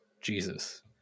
Jesus